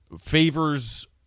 favors